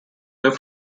their